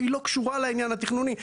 היא לא קשורה לעניין התכנוני,